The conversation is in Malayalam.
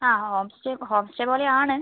അ അ ഹോം സ്റ്റേ ഹോം സ്റ്റേ പോലെയാണ്